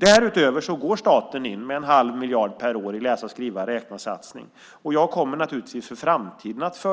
Därutöver går staten in med 1⁄2 miljard per år i läsa-skriva-räkna-satsning. Jag kommer inför framtiden att